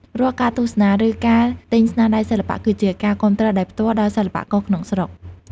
រាល់ការទស្សនា ឬការទិញស្នាដៃសិល្បៈ គឺជាការគាំទ្រដោយផ្ទាល់ដល់សិល្បករក្នុងស្រុក។